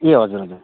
ए हजुर हजुर